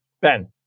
Ben